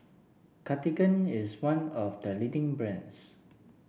Cartigain is one of the leading brands